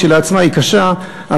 כשלעצמה היא קשה,